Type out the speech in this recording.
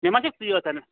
مےٚ ما چھَکھ ژٕے یٲژَن